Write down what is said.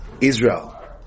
Israel